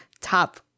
Top